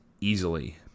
easily